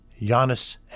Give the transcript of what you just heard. Giannis